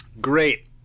Great